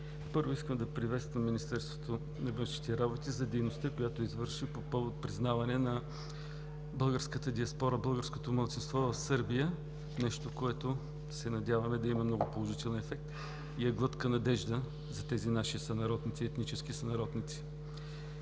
Първо, искам да приветствам Министерството на външните работи за дейността, която извърши по повод признаването на българското малцинство в Сърбия – нещо, което се надяваме да има много положителен ефект и е глътка надежда за нашите етнически сънародници.